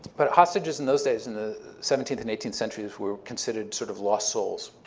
but hostages in those days, in the seventeenth and eighteenth centuries, were considered sort of lost souls,